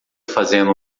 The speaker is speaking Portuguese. fazendo